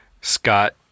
Scott